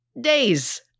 days